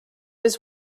was